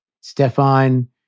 Stefan